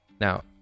now